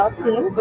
team